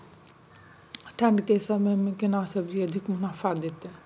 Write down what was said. ठंढ के समय मे केना सब्जी अधिक मुनाफा दैत?